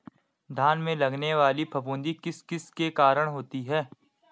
धान में लगने वाली फफूंदी किस किस के कारण होती है?